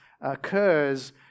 occurs